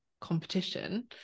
competition